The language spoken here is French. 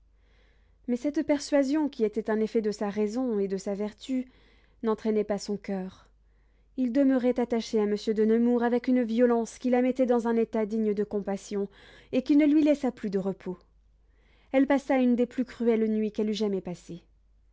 mais cette persuasion qui était un effet de sa raison et de sa vertu n'entraînait pas son coeur il demeurait attaché à monsieur de nemours avec une violence qui la mettait dans un état digne de compassion et qui ne lui laissa plus de repos elle passa une des plus cruelles nuits qu'elle eût jamais passées